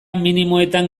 minimoetan